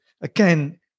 Again